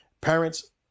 parents